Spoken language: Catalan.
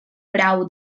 grau